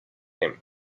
him